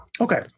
Okay